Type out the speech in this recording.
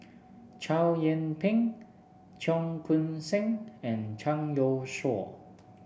Chow Yian Ping Cheong Koon Seng and Zhang Youshuo